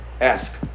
ask